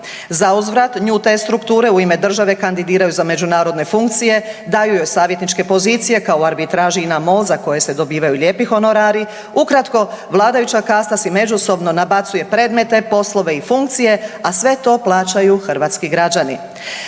Zauzvrat, nju te strukture u ime države kandidiraju za međunarodne funkcije, daju joj savjetničke pozicije, kao u arbitraži INA-MOL za koje se dobivaju lijepi honorari, ukratko, vladajuća kasta si međusobno nabacuje predmete, poslove i funkcije, a sve to plaćaju hrvatski građani.